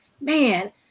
man